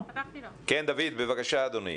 בבקשה אדוני.